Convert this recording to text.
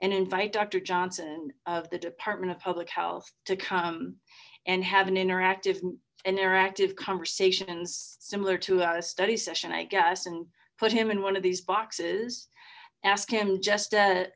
and invite doctor johnson the department of public health to come and have an interactive interactive conversation and similar to a study session i guess and put him in one of these boxes ask him just to